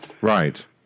Right